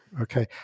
Okay